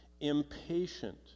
impatient